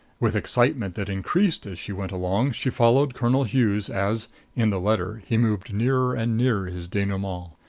with excitement that increased as she went along, she followed colonel hughes as in the letter he moved nearer and nearer his denouement,